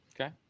Okay